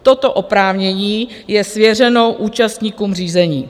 Toto oprávnění je svěřeno účastníkům řízení.